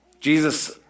Jesus